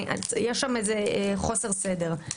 יש שם איזה חוסר סדר.